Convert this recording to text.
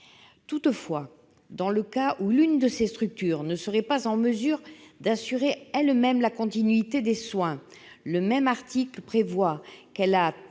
pour ce faire. Dans le cas où l'une de ces structures ne serait pas en mesure d'assurer elle-même la continuité des soins, le même article prévoit qu'« elle